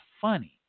funny